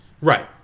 Right